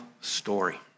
story